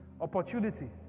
opportunity